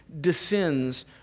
descends